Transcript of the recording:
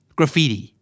Graffiti